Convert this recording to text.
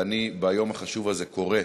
ואני, ביום החשוב הזה, קורא